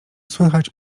słychać